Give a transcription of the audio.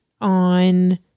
on